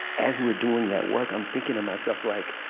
as we're doing that work, i'm thinking to myself, like